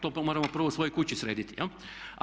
To moramo prvo u svojoj kući srediti jel'